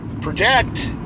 project